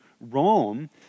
Rome